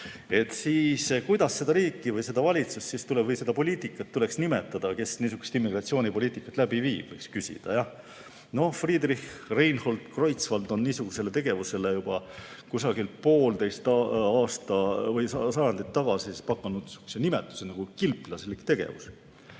kuidas siis seda riiki või seda valitsust või seda poliitikat tuleks nimetada, kes niisugust immigratsioonipoliitikat läbi viib, võiks küsida. Friedrich Reinhold Kreutzwald on niisugusele tegevusele juba kusagil poolteist sajandit tagasi pakkunud nimetuse kilplaslik tegevus.